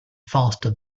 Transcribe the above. faster